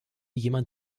jemand